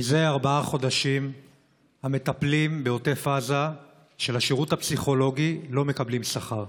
זה ארבעה חודשים המטפלים של השירות הפסיכולוגי בעוטף עזה לא מקבלים שכר.